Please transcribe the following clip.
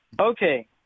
Okay